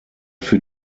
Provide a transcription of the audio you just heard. für